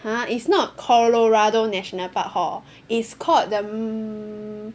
!huh! it's not Colorado national park hor it's called the mm